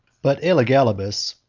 but elagabalus,